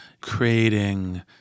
creating